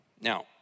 Now